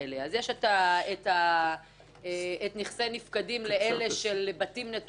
יש נכסי נפקדים לאלה של בתים נטושים,